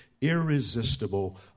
irresistible